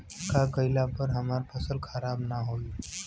का कइला पर हमार फसल खराब ना होयी?